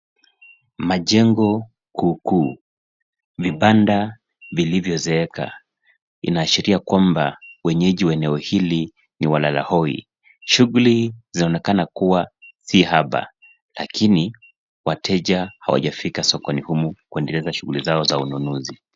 Majengo kuukuu. Vibanda vilivyozeeka inaashiria kwamba wenyeji wa eneo hili ni walalahoi. Shughuli zinaonekana kuwa si haba lakini wateja hawajafika sokoni humu kuendeleza shughuli zao za ununuzi.